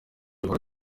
uhora